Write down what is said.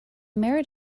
merit